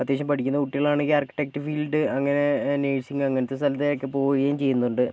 അത്യാവശ്യം പഠിക്കുന്ന കുട്ടികളാണെങ്കിൽ ആർക്കിട്ടെക്റ്റ് ഫീൽഡ് അങ്ങനെ നേഴ്സിങ് അങ്ങനത്തെ സ്ഥലത്തേക്ക് പോവുകയും ചെയ്യുന്നുണ്ട്